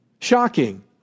shocking